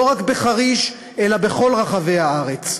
לא רק בחריש אלא בכל רחבי הארץ.